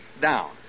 down